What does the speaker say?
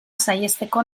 saihesteko